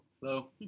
Hello